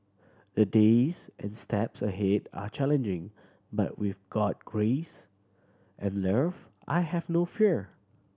the days and steps ahead are challenging but with God grace and love I have no fear